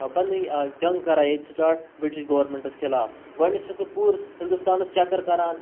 پَنٕںۍ جنٛگ کَران ییٚتہِ سٹاٹ بِرٛٹِش گورمیںٛٹَس خلاف گۄڈنٮ۪تھ چھِ سُہ پوٗرٕ ہِندوستانَس چَکَر کَران